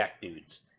Dudes